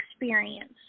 experience